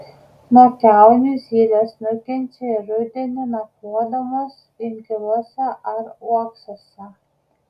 nuo kiaunių zylės nukenčia ir rudenį nakvodamos inkiluose ar uoksuose